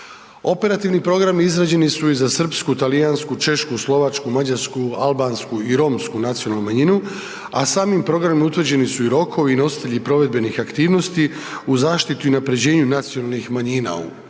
Operativni programi izrađeni su i za srpsku, talijansku, češku, slovačku, mađarsku, albansku i romsku nacionalnu manjinu, a samim programima utvrđeni su i rokovi i nositelji provedbenih aktivnosti u zaštiti i unaprjeđenju nacionalnih manjina u